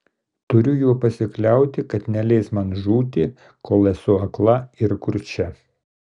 turiu juo pasikliauti kad neleis man žūti kol esu akla ir kurčia